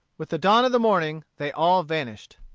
with the dawn of the morning they all vanished.